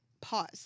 pause